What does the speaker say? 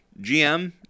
GM